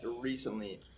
recently